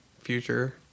future